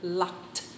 locked